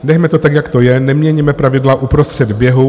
Nechme to tak, jak to je, neměňme pravidla uprostřed běhu.